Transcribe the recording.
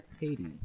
Haiti